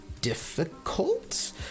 difficult